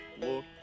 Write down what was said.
Look